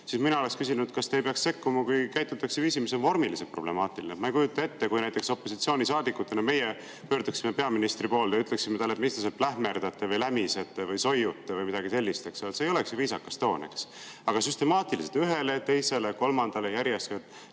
Mina oleks küsinud, kas te ei peaks sekkuma, kui käitutakse vormiliselt problemaatiliselt. Ma ei kujuta ette, kui näiteks meie opositsioonisaadikutena pöörduksime peaministri poole ja ütleksime, et mis te seal plähmerdate või lämisete või soiute või midagi sellist. See ei oleks ju viisakas toon, eks? Aga süstemaatiliselt ühele, teisele, kolmandale [ütleb